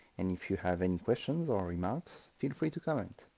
and if you have any questions or remarks, feel free to comment.